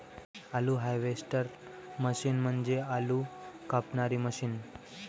आलू harvester machine म्हणजे आलू कापणारी मशीन